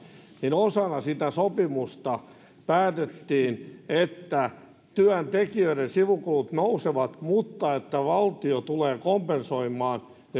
niin osana sitä sopimusta päätettiin että työntekijöiden sivukulut nousevat mutta että valtio tulee kompensoimaan ne